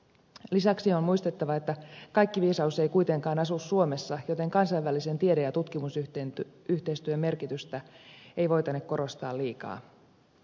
lisäksi on muistettava että kaikki viisaus ei kuitenkaan asu suomessa joten kansainvälisen tiede ja tutkimusyhteistyön merkitystä ei voitane korostaa liikaa